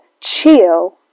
chill